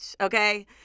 okay